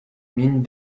mines